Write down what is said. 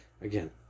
Again